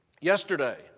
yesterday